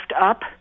up